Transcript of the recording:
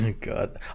God